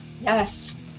Yes